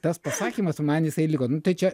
tas pasakymas man jisai liko nu tai čia